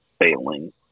failing